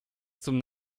zum